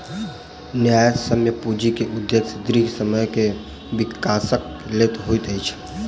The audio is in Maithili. न्यायसम्य पूंजी के उदेश्य दीर्घ समय के विकासक लेल होइत अछि